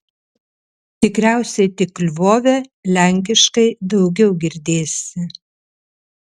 tikriausiai tik lvove lenkiškai daugiau girdėsi